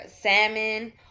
salmon